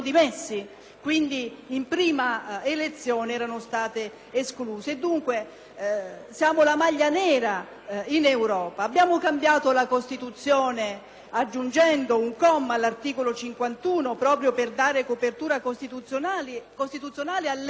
Abbiamo cambiato la Costituzione aggiungendo un comma all'articolo 51, proprio per dare copertura costituzionale a leggi che prevedessero misure a sostegno delle pari opportunità tra uomini e donne nell'accesso alle istituzioni: